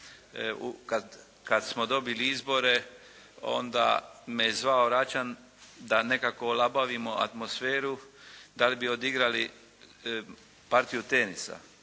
Kad smo dobili izbore onda me zvao Račan da nekako olabavimo atmosferu da li bi odigrali partiju tenisa.